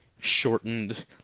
shortened